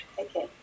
okay